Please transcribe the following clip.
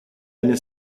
eine